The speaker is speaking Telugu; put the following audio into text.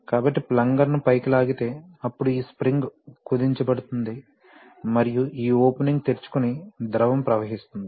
కాబట్టి ప్లంగర్ను పైకి లాగితే అప్పుడు ఈ స్ప్రింగ్ కుదించబడుతుంది మరియు ఈ ఓపెనింగ్ తెరుచుకొని ద్రవం ప్రవహిస్తుంది